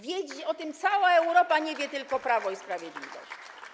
Wie dziś o tym cała Europa, nie wie tylko Prawo i Sprawiedliwość.